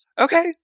okay